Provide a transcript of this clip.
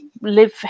live